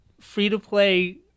free-to-play